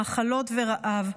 מחלות ורעב,